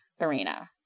arena